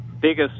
biggest